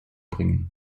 bringen